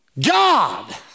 God